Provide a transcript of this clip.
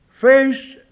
Face